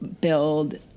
build